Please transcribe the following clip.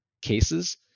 cases